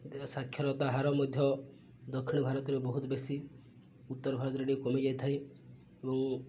ଦେ ସାକ୍ଷରତା ହାର ମଧ୍ୟ ଦକ୍ଷିଣ ଭାରତରେ ବହୁତ ବେଶୀ ଉତ୍ତର ଭାରତରେ ଟିକେ କମିଯାଇ ଥାଏ ଏବଂ